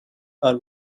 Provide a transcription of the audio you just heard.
are